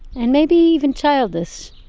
and maybe even childish,